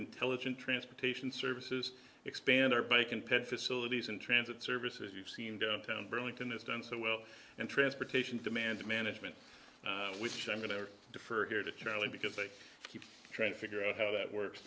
intelligent transportation services expand our bacon pet facilities and transit services you've seen go down burlington has done so well and transportation demand management which i'm going to defer here to charlie because they keep trying to figure out how that works